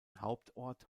hauptort